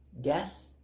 death